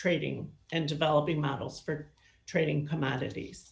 trading and developing models for trading commodities